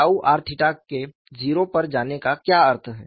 r के 0 पर जाने का क्या अर्थ है